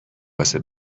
واسه